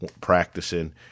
practicing